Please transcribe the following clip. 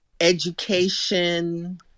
education